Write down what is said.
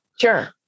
Sure